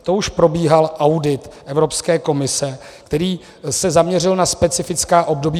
To už probíhal audit Evropské komise, který se zaměřil na specifická období.